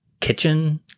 Kitchen